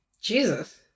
Jesus